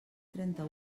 trenta